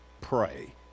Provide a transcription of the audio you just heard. pray